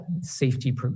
safety